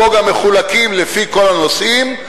ופה גם מחולקים לפי כל הנושאים,